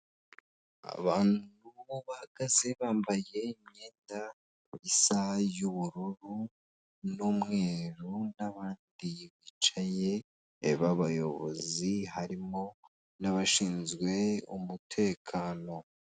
Abantu bahagaze bambaye imyenda isa y'ubururu n'umweru n'abandi bicayeba babayobozi harimo n'abashinzwe umutekano.